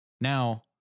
Now